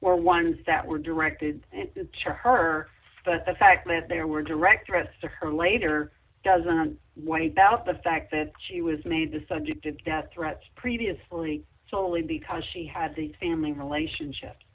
were ones that were directed and did check her but the fact that there were direct threats to her later does on one about the fact that she was made the subject of death threats previously solely because she had the family relationship